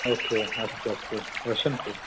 okay अस्तु अस्तु अवश्यं कु